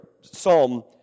Psalm